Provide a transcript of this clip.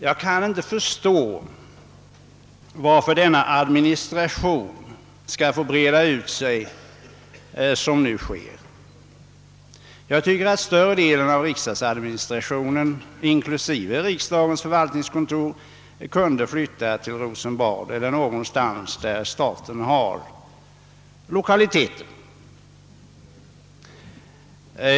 Jag kan inte förstå varför administrationen skall få breda ut sig så som nu sker. Jag tycker att större delen av riksdagens administrativa organ inklusive dess förvaltningskontor skulle kunna flytta till Rosenbad eller något annat ställe där staten har lokaliteter.